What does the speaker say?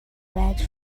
badge